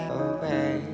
away